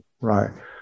right